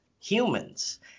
humans